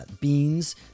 Beans